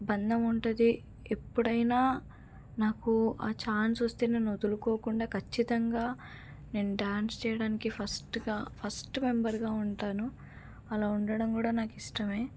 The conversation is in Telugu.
బంధం ఉంటుంది ఎప్పుడైనా నాకు ఆ ఛాన్స్ వస్తే నేను వదులుకోకుండా ఖచ్చితంగా నేను డ్యాన్స్ చేయడానికి ఫస్ట్గా ఫస్ట్ మెంబర్గా ఉంటాను అలా ఉండడం కూడా నాకిష్టమే